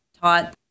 taught